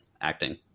acting